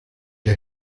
der